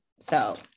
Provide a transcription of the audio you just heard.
so-